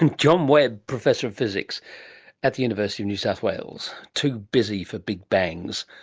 and john webb, professor of physics at the university of new south wales. too busy for big bangs,